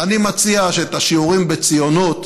ואני מציע שאת השיעורים בציונות,